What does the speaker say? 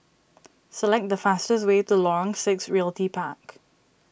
select the fastest way to Lorong six Realty Park